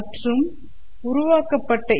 மற்றும் உருவாக்கப்பட்ட ஈ